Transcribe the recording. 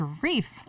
grief